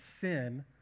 sin